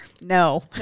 No